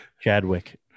Chadwick